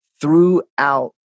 throughout